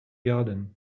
garden